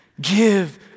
Give